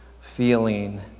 feeling